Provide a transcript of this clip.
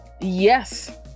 Yes